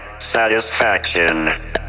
satisfaction